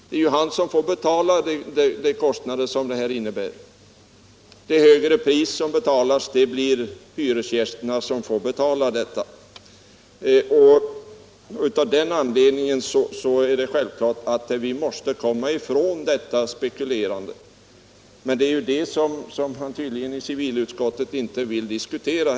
Det är ju de som får betala de kostnader som det hela innebär. Det högre pris som betalas får hyresgästen betala. Av den anledningen är det självklart att vi måste komma ifrån detta spekulerande. Men det är ju det som man i civilutskottet tydligen inte vill diskutera.